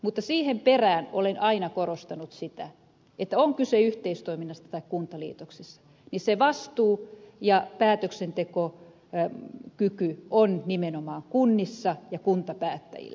mutta siihen perään olen aina korostanut sitä että kun on kyse yhteistoiminnasta tai kuntaliitoksesta niin se vastuu ja päätöksentekokyky on nimenomaan kunnissa ja kuntapäättäjillä